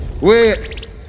wait